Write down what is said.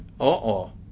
uh-oh